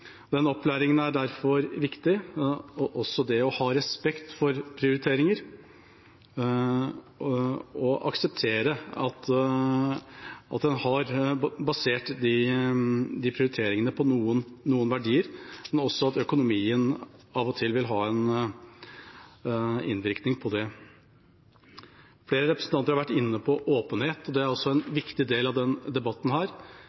Den opplæringen er derfor viktig. Det er også viktig å ha respekt for prioriteringer og akseptere at en har basert de prioriteringene på noen verdier, men også at økonomien av og til vil ha en innvirkning på det. Flere representanter har vært inne på åpenhet. Det er også en